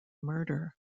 murder